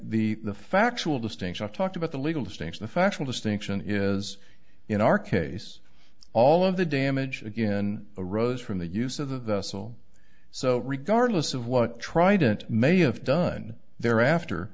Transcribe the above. and the factual distinction i've talked about the legal distinction the factual distinction is in our case all of the damage again arose from the use of the soul so regardless of what trident may have done thereafter